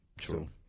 True